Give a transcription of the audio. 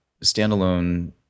standalone